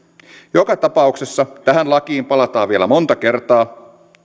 joka tapauksessa tähän lakiin palataan vielä monta kertaa